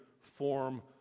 form